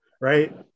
right